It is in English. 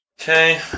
Okay